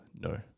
no